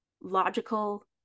logical